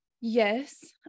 yes